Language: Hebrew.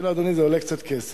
אני אגיד לאדוני, זה עולה קצת כסף.